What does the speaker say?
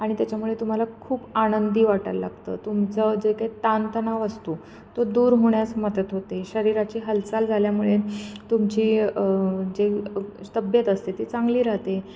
आणि त्याच्यामुळे तुम्हाला खूप आनंदी वाटायला लागतं तुमचं जे काही ताणतणाव असतो तो दूर होण्यास मदत होते शरीराची हालचाल झाल्यामुळे तुमची जे तब्येत असते ती चांगली राहते